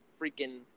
freaking